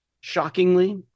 Shockingly